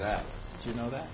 that you know that